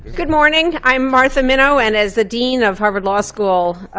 good morning. i'm martha minow. and as the dean of harvard law school,